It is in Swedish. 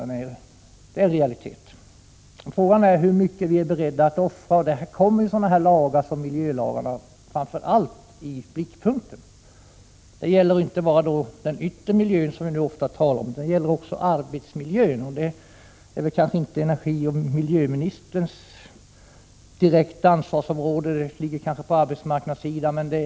Det är en realitet. Frågan är emellertid hur mycket vi är beredda att offra. Då kommer framför allt miljölagarna i blickpunkten. Det gäller inte bara den yttre miljön utan också arbetsmiljön. Men det är kanske inte miljöoch energiministerns direkta arbetsområde utan tillhör mera arbetsmarknadssidan.